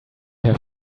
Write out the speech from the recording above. have